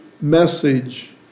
message